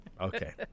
Okay